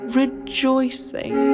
rejoicing